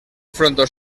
frontó